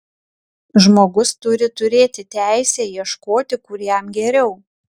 žmogus turi turėti teisę ieškoti kur jam geriau